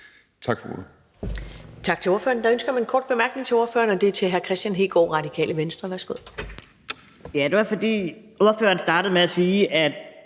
Tak for ordet.